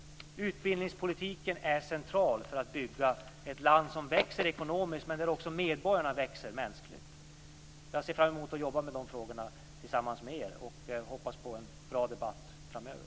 Utbildningspolitiken är central för att bygga ett land som växer ekonomiskt och där medborgarna växer mänskligt. Jag ser fram emot att jobba med de frågorna tillsammans med er och hoppas på en bra debatt framöver.